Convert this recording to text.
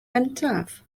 gyntaf